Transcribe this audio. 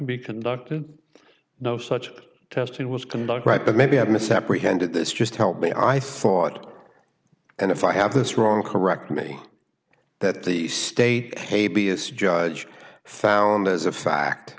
be conducted no such testing was conduct right but maybe have misapprehended this just help me i thought and if i have this wrong correct me that the state maybe is judged found as a fact